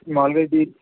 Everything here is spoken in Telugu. మాములుగా ఇది